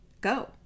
Go